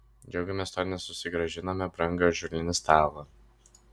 džiaugėmės tuo nes susigrąžinome brangųjį ąžuolinį stalą